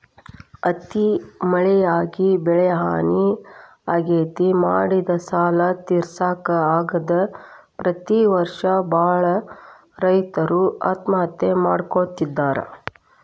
ಅತಿ ಮಳಿಯಾಗಿ ಬೆಳಿಹಾನಿ ಆಗ್ತೇತಿ, ಮಾಡಿದ ಸಾಲಾ ತಿರ್ಸಾಕ ಆಗದ ಪ್ರತಿ ವರ್ಷ ಬಾಳ ರೈತರು ಆತ್ಮಹತ್ಯೆ ಮಾಡ್ಕೋತಿದಾರ